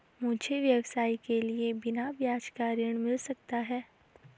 मुझे व्यवसाय के लिए बिना ब्याज का ऋण मिल सकता है?